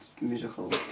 musical